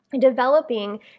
developing